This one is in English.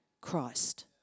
Christ